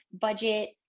budget